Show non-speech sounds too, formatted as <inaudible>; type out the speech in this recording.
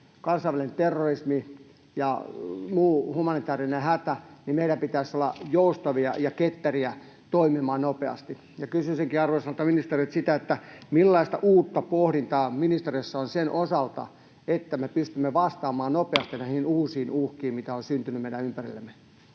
kansainvälinen terrorismi ja muu humanitaarinen hätä, niin meidän pitäisi olla joustavia ja ketteriä toimimaan nopeasti. Ja kysyisinkin arvoisalta ministeriltä: millaista uutta pohdintaa ministeriössä on sen osalta, että me pystymme vastaamaan nopeasti <noise> näihin uusiin uhkiin, joita on syntynyt meidän ympärillemme?